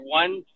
one